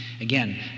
again